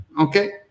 Okay